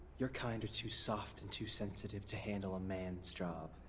your kind are too soft and too sensitive to handle a man's job.